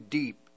deep